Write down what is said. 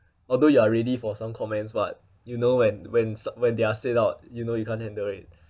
although you are ready for some comments but you know when when s~ when they are said out you know you can't handle it